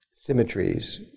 symmetries